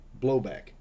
Blowback